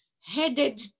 headed